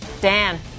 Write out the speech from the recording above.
Dan